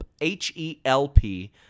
H-E-L-P